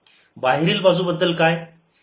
बाहेरील बाजू बद्दल काय